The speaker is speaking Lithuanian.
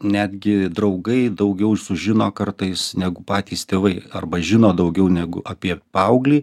netgi draugai daugiau sužino kartais negu patys tėvai arba žino daugiau negu apie paauglį